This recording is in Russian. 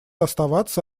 оставаться